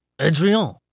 Adrian